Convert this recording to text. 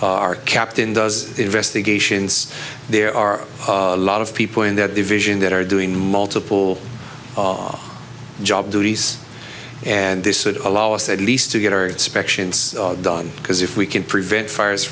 our captain does investigations there are a lot of people in that division that are doing multiple job duties and they said allow us at least to get our special done because if we can prevent fires